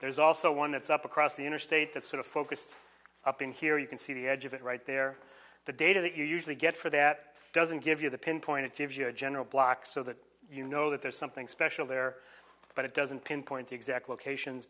there's also one that's up across the interstate that's sort of focused up in here you can see the edge of it right there the data that you usually get for that doesn't give you the pinpoint it gives you a general block so that you know that there's something special there but it doesn't pinpoint exact locations